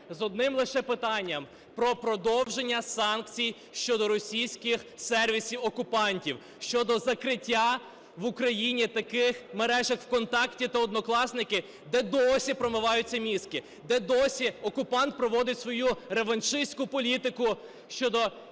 з одним лише питанням: про продовження санкцій щодо російських сервісів окупантів, щодо закриття в Україні таких мереж, як "ВКонтакті" та "Одноклассники", де досі промиваються мізки, де досі окупант проводить свою реваншистську політику щодо